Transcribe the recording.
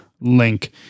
link